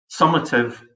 summative